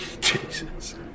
Jesus